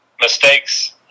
mistakes